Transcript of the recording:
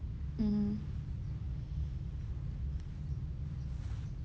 mmhmm